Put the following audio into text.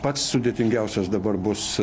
pats sudėtingiausias dabar bus